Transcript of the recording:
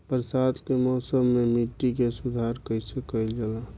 बरसात के मौसम में मिट्टी के सुधार कईसे कईल जाई?